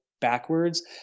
backwards